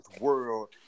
world